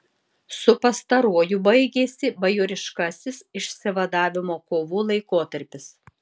su pastaruoju baigėsi bajoriškasis išsivadavimo kovų laikotarpis